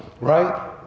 Right